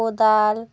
কোদাল